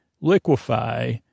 liquefy